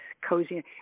cozy